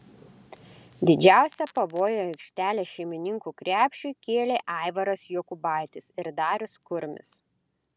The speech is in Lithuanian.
didžiausią pavojų aikštelės šeimininkų krepšiui kėlė aivaras jokubaitis ir darius kurmis